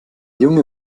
junge